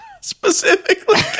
specifically